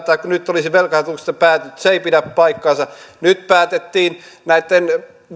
nyt olisi velkahelpotuksista päätetty se ei pidä paikkaansa nyt päätettiin näitten